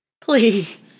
Please